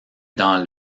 dans